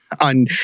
On